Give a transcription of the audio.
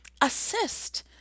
assist